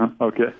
Okay